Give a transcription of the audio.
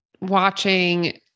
watching